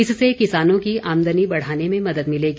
इससे किसानों की आमदनी बढ़ाने में मदद मिलेगी